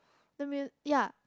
the mu~ yea